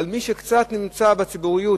אבל מי שקצת נמצא בציבוריות,